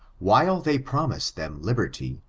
while they promise them liberty,